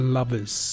Lovers